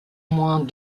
moins